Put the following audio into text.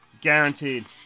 Guaranteed